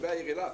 תושבי העיר אילת,